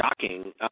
shocking